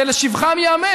זה לשבחם ייאמר,